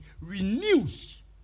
renews